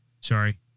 Sorry